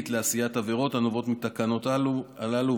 עם עשיית עבירות הנובעות מתקנות הללו,